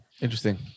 interesting